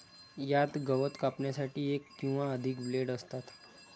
यात गवत कापण्यासाठी एक किंवा अधिक ब्लेड असतात